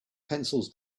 pencils